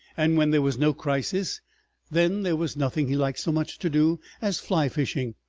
and when there was no crisis then there was nothing he liked so much to do as fly-fishing,